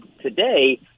today